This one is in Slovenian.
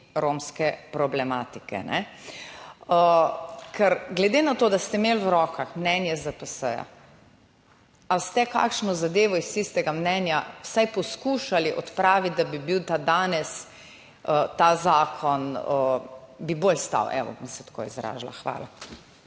romske problematike. Glede na to, da ste imeli v rokah mnenje ZPS, ali ste kakšno zadevo iz tistega mnenja vsaj poskušali odpraviti, da bi danes ta zakon bolj stal? Bom se tako izrazila. Hvala.